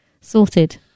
Sorted